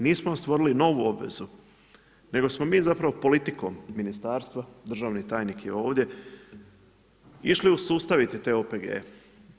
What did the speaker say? Nismo stvorili novu obvezu, nego smo mi zapravo politikom Ministarstva, državni tajnik je ovdje, išli usustaviti te OPG-e.